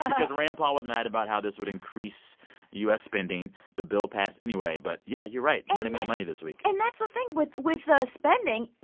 because rand paul was mad about how this would increase u s. spending. the bill passed anyway. but yeah, you're right money, money, money this week and that's the thing with with the spending.